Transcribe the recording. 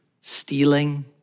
stealing